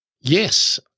yes